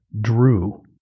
Drew